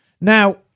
Now